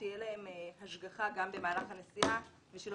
שתהיה להם השגחה גם במהלך הנסיעה ושלא